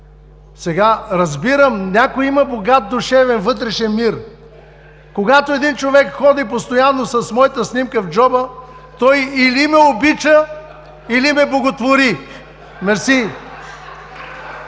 Разбирам, някой има богат душевен вътрешен мир. Когато един човек ходи постоянно с моята снимка в джоба, той или ме обича, или ме боготвори. (Смях,